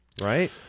right